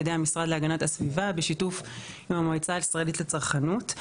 ידי המשרד להגנת הסביבה בשיתוף עם המועצה הישראלית לצרכנות.